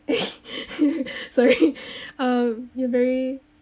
sorry uh you're very